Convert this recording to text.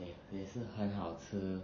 也是很好吃